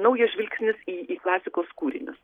naujas žvilgsnis į į klasikos kūrinius